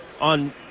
on